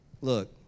look